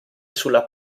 sulla